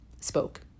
spoke